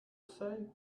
say